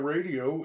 Radio